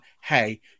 hey